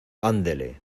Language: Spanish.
andele